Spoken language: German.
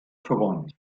verwandt